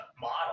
model